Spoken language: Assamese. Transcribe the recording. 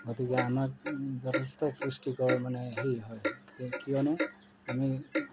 গতিকে আমাক যথেষ্ট পুষ্টিকৰ মানে হেৰি হয় কি কিয়নো আমি